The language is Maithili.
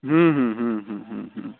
हुँ हुँ हुँ हुँ हुँ हुँ